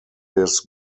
his